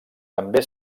també